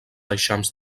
eixams